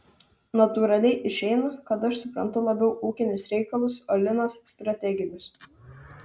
natūraliai išeina kad aš suprantu labiau ūkinius reikalus o linas strateginius